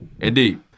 Indeed